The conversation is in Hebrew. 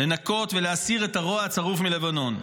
לנקות ולהסיר את הרוע הצרוף מלבנון,